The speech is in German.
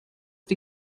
die